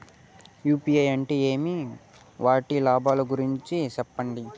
UPI అంటే ఏమి? వాటి లాభాల గురించి సెప్పండి?